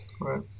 Right